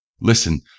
Listen